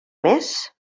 més